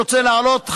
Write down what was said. רוצה להעלות,